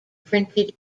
printed